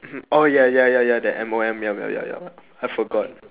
oh ya ya ya ya that M_O_M ya ya ya I forgot